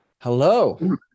Hello